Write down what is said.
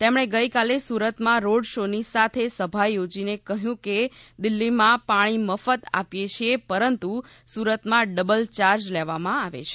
તેમણે ગઈકાલે સુરતમાં રોડ શોની સાથે સભા યોજીને કહ્યું કે દિલ્હીમાં પાણી મફત આપીએ છીએ પરંતુ સુરતમાં ડબલ ચાર્જ લેવામાં આવે છે